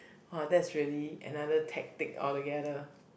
!wah! that's really another tactic all together